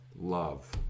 love